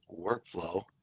workflow